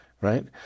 right